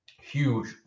huge